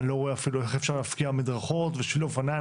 אני לא רואה אפילו איך אפשר להפקיע מדרכות ושביל אופניים,